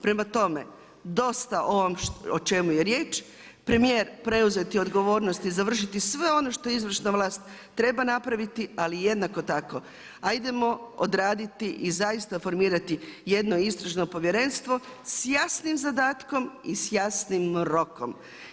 Prema tome, dosta o ovom o čemu je riječ, premijer preuzeti odgovornost i završiti ono što izvršna vlast treba napraviti ali jednako tako, ajdemo odraditi i zaista formirati jedno Istražno povjerenstvo s jasnim zadatkom i s jasnim rokom.